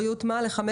לחמש